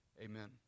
Amen